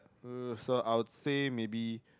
uh so I would say maybe